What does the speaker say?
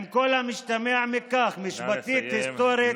על כל המשתמע מכך, משפטית, היסטורית,